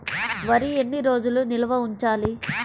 వరి ఎన్ని రోజులు నిల్వ ఉంచాలి?